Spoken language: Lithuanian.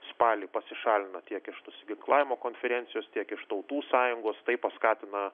spalį pasišalino tiek iš nusiginklavimo konferencijos tiek iš tautų sąjungos tai paskatina